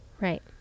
Right